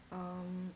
um